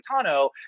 Tano